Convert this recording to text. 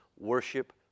worship